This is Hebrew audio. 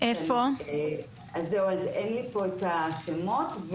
אין לי פה את השמות.